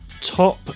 top